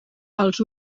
els